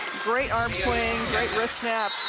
great arm swing, great wrist snap.